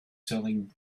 selling